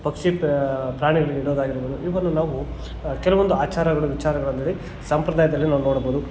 ಪಕ್ಷಿ ಪ್ರಾಣಿಗಳಿಗಿಡೋದಾಗಿರ್ಬೋದು ಇವನ್ನು ನಾವು ಕೆಲವೊಂದು ಆಚಾರಗಳು ವಿಚಾರಗಳಂದೇಳಿ ಸಂಪ್ರದಾಯದಲ್ಲಿ ನಾವು ನೋಡ್ಬೋದು